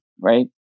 right